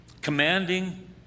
commanding